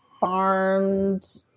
farmed